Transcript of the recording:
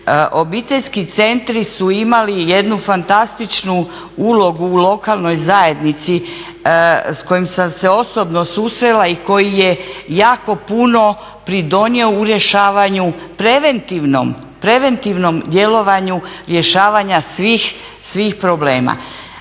obiteljski centri su imali jednu fantastičnu ulogu u lokalnoj zajednici s kojim sam se osobno susrela i koji je jako puno pridonijelo u rješavanju preventivnom djelovanju rješavanja svih problema.